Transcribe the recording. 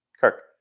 Kirk